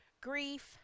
grief